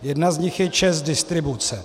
Jedna z nich je ČEZ Distribuce.